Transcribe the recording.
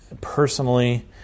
personally